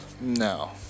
No